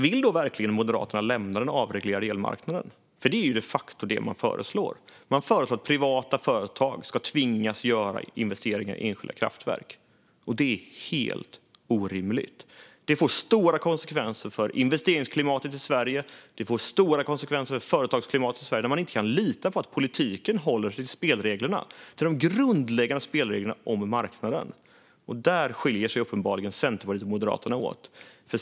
Vill Moderaterna verkligen lämna den avreglerade elmarknaden? Det är de facto vad man föreslår. Man föreslår att privata företag ska tvingas göra investeringar i enskilda kraftverk. Det är helt orimligt. Det får stora konsekvenser för investeringsklimatet i Sverige och det får stora konsekvenser för företagsklimatet i Sverige när man inte kan lita på att politiken håller sig till de grundläggande spelreglerna om marknaden. Där skiljer sig uppenbarligen Centerpartiet och Moderaterna åt.